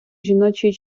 жіночої